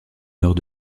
nord